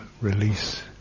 release